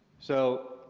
so,